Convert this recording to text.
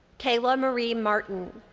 kayla marie martin.